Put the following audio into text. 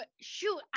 shoot